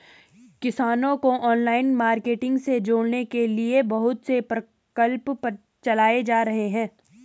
किसानों को online marketing से जोड़ने के लिए बहुत से प्रकल्प चलाए जा रहे हैं